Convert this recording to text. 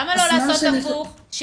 למה לא לעשות הפוך,